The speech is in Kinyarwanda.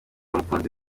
umukunzi